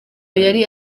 yari